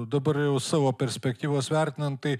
dabar jau savo perspektyvos vertinant tai